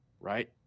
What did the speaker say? right